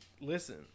Listen